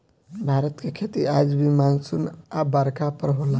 भारत के खेती आज भी मानसून आ बरखा पर होला